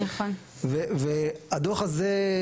והדוח הזה,